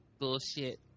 bullshit